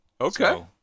Okay